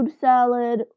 salad